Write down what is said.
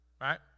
Right